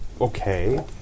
okay